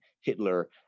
Hitler